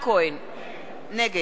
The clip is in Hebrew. נגד משה כחלון,